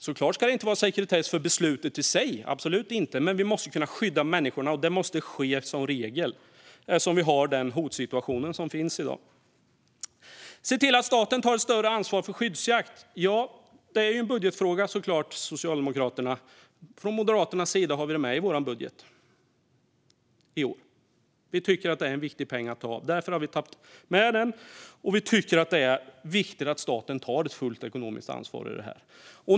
Såklart ska det inte vara sekretess för beslutet i sig, absolut inte, men vi måste kunna skydda människorna, och det måste ske som regel eftersom vi har den hotsituation som vi har i dag. När det gäller att se till att staten tar ett större ansvar för skyddsjakt är det en budgetfråga såklart, Socialdemokraterna. Från Moderaternas sida har vi det med i vår budget i år. Vi tycker att det är en viktig peng, och därför har vi tagit med den. Vi tycker att det är viktigt att staten tar fullt ekonomiskt ansvar i det här.